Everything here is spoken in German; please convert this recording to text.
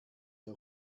der